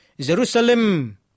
Jerusalem